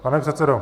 Pane předsedo?